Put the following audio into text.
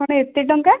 କଣ ଏତେ ଟଙ୍କା